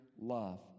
love